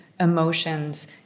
Emotions